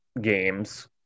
games